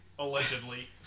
allegedly